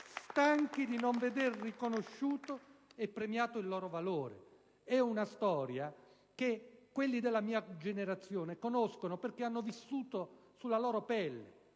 stanchi di non veder riconosciuto e premiato il loro valore. È una storia che quelli della mia generazione conoscono perché l'hanno vissuta sulla loro pelle: